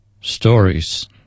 stories